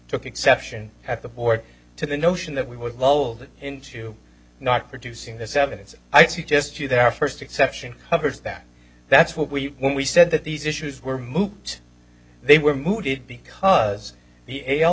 took exception at the board to the notion that we would load it into not producing this evidence i suggest you there first exception covers that that's what we when we said that these issues were moot they were mooted because the a l